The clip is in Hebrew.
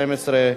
התשע"ב 2012,